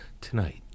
Tonight